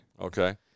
Okay